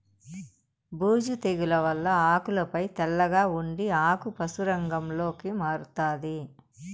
బూజు తెగుల వల్ల ఆకులపై తెల్లగా ఉండి ఆకు పశు రంగులోకి మారుతాది